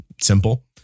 simple